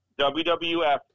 WWF